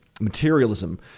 materialism